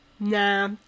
Nah